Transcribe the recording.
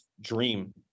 dream